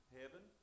heaven